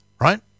right